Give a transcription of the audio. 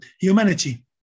humanity